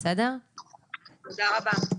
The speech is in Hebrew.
תודה רבה.